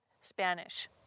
Spanish